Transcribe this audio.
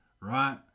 right